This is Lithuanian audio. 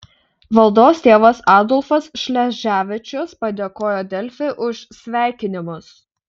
valdos tėvas adolfas šleževičius padėkojo delfi už sveikinimus